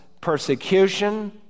persecution